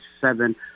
seven